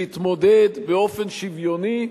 להתמודד באופן שוויוני,